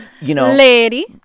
Lady